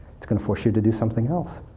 it's going to force you to do something else.